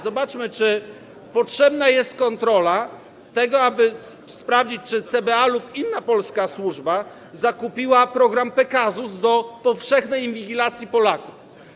Zobaczmy, czy potrzebna jest kontrola, aby sprawdzić, czy CBA lub inna polska służba zakupiły program Pegasus do powszechnej inwigilacji Polaków.